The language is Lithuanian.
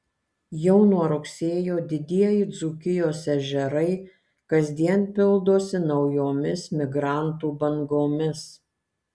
jau nuo rugsėjo didieji dzūkijos ežerai kasdien pildosi naujomis migrantų bangomis